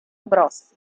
bros